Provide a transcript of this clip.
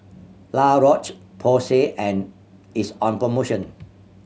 La Roche Porsay and is on promotion